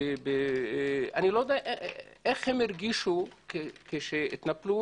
אני לא יודע איך הם הרגישו כשהתנפלו